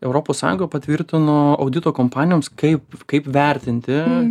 europos sąjunga patvirtino audito kompanijoms kaip kaip vertinti